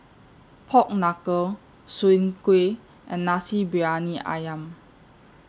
Pork Knuckle Soon Kuih and Nasi Briyani Ayam